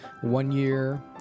one-year